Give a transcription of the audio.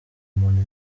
umuntu